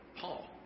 Paul